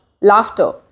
laughter